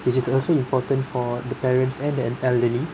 which is also important for the parents and the elderly